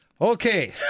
okay